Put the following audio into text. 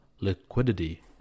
liquidity